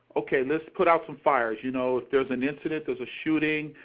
okay let's put out some fires, you know, there's an incident, there's a shooting,